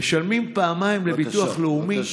משלמים פעמיים לביטוח לאומי?